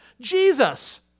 Jesus